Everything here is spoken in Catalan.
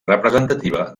representativa